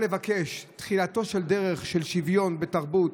לבקש את תחילתה של דרך של שוויון בתרבות,